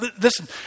listen